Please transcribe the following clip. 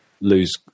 lose